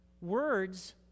Words